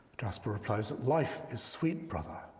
jasper replies, life is sweet, brother.